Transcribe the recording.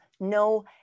no